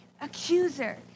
accuser